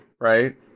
Right